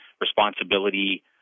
responsibility